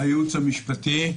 הייעוץ המשפטי.